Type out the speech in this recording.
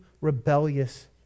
rebellious